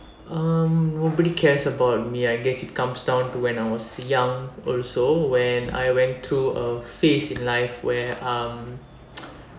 um nobody cares about me I guess it comes down to when I was young also when I went to a phase in life where um